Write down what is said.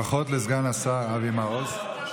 ברכות לסגן השר אבי מעוז.